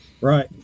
Right